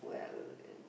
well and